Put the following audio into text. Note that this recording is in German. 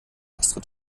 astrid